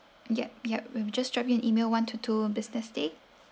yup yup and we'll just drop you an email one to two business day